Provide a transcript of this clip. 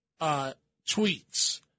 tweets